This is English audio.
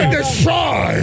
destroy